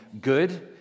good